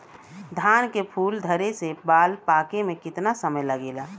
धान के फूल धरे से बाल पाके में कितना समय लागेला?